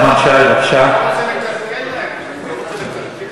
אבל בקונוטציה אחרת את לא אוהבת אותה.